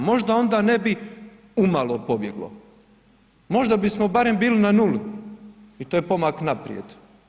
Možda onda ne bi umalo pobjeglo, možda bismo barem bili na nuli i to je pomak naprijed.